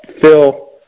Phil